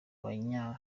banya